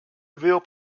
real